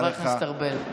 חבר הכנסת ארבל.